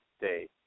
day